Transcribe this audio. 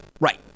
right